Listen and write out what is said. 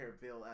bill